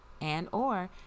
and/or